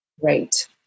Right